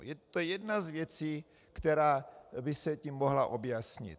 To je jedna z věcí, která by se tím mohla objasnit.